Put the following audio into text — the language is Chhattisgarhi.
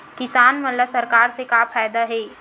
किसान मन ला सरकार से का फ़ायदा हे?